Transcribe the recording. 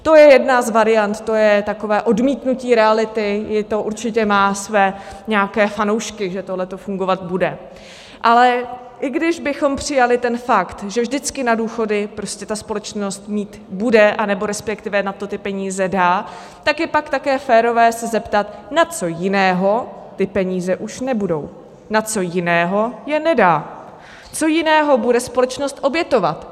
To je jedna z variant, to je takové odmítnutí reality, i to určitě má své nějaké fanoušky, že tohle fungovat bude, ale i když bychom přijali ten fakt, že vždycky na důchody prostě ta společnost mít bude, anebo respektive na to ty peníze dá, tak je pak také férové se zeptat, na co jiného ty peníze už nebudou, na co jiného je nedá, co jiného bude společnost obětovat.